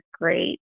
great